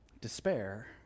Despair